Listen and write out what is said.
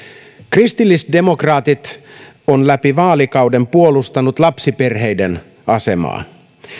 kristillisdemokraatit ovat läpi vaalikauden puolustaneet lapsiperheiden asemaa